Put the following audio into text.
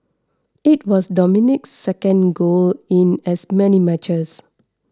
it was Dominguez's second goal in as many matches